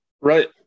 Right